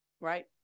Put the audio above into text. right